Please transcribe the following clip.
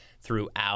throughout